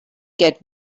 get